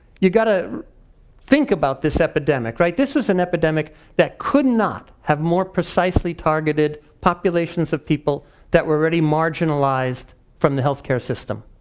you gotta think about this epidemic, right. this was an epidemic that could not have more precisely targeted populations of people that were already marginalized from the health care system.